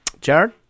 Jared